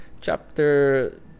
chapter